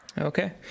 Okay